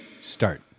Start